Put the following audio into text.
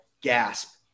gasp